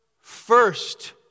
first